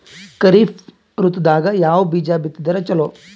ಖರೀಫ್ ಋತದಾಗ ಯಾವ ಬೀಜ ಬಿತ್ತದರ ಚಲೋ?